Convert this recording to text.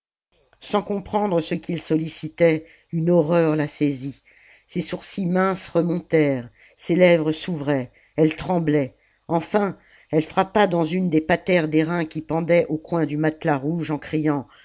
sans comprendre ce qu'il sollicitait une horreur la saisit ses sourcils minces remontèrent ses lèvres s'ouvraient elle tremblait enfin elle frappa dans une des patères d'airam qui pendaient aux coins du matelas rouge en criant